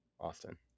Austin